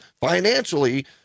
financially